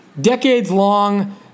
decades-long